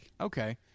Okay